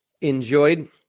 enjoyed